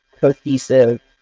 cohesive